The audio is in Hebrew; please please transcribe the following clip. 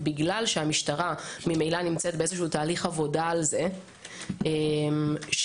בגלל שהמשטרה ממילא נמצאת באיזשהו תהליך עבודה על זה יש כבר